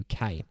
UK